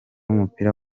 w’umupira